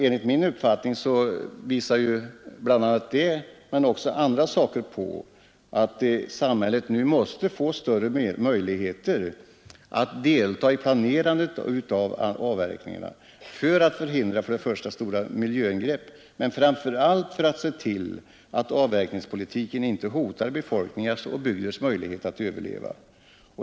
Enligt min uppfattning visar bl.a. detta på att samhället måste få större möjlighet att delta i planerande av avverkningarna, dels för att förhindra stora miljöingrepp, dels och framför allt för att se till att avverkningspolitiken inte hotar befolkningars och bygders möjligheter att överleva.